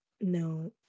No